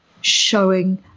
showing